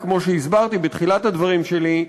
וכמו שהסברתי בתחילת הדברים שלי,